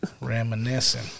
Reminiscing